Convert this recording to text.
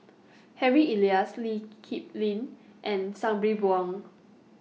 Harry Elias Lee Kip Lin and Sabri Buang